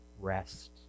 rest